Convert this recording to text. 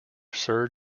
sir